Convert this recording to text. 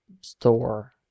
store